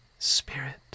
spirit